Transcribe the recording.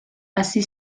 hasi